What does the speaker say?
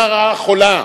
זו הרעה החולה.